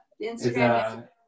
Instagram